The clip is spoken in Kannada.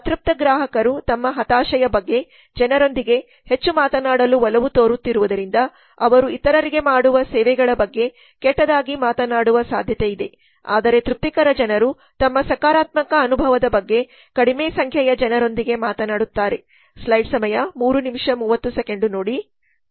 ಅತೃಪ್ತ ಗ್ರಾಹಕರು ತಮ್ಮ ಹತಾಶೆಯ ಬಗ್ಗೆ ಜನರೊಂದಿಗೆ ಹೆಚ್ಚು ಮಾತನಾಡಲು ಒಲವು ತೋರುತ್ತಿರುವುದರಿಂದ ಅವರು ಇತರರಿಗೆ ಮಾಡುವ ಸೇವೆಗಳ ಬಗ್ಗೆ ಕೆಟ್ಟದಾಗಿ ಮಾತನಾಡುವ ಸಾಧ್ಯತೆಯಿದೆ ಆದರೆ ತೃಪ್ತಿಕರ ಜನರು ತಮ್ಮ ಸಕಾರಾತ್ಮಕ ಅನುಭವದ ಬಗ್ಗೆ ಕಡಿಮೆ ಸಂಖ್ಯೆಯ ಜನರೊಂದಿಗೆ ಮಾತನಾಡುತ್ತಾರೆ